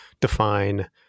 define